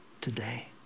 today